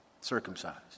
Circumcised